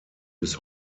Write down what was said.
bis